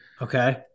Okay